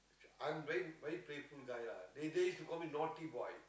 I'm very very playful guy lah they did call me naughty boy